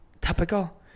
typical